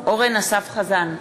אורן אסף חזן,